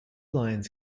lions